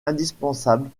indispensable